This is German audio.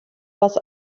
was